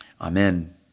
Amen